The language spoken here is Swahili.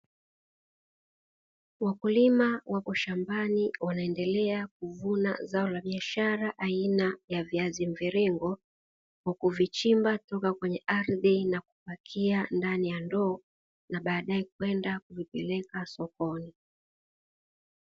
Wakulima wako shambani wanaendelea kuvuna zao la biashara aina ya viazi mviringo, kwa kuvichimba toka kwenye ardhi na kupakia ndani ya ndoo na baadaye kwenda kuvipeleka sokoni.